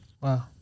Wow